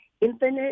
infinite